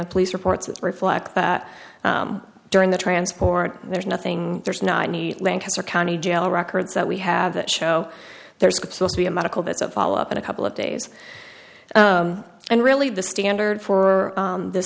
the police reports that reflect that during the transport there's nothing there's not any lancaster county jail records that we have that show there's supposed to be a medical that's a follow up in a couple of days and really the standard for